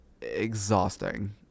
exhausting